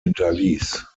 hinterließ